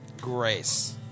Grace